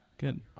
Good